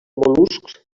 mol·luscs